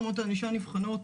רמות הענישה נבחנות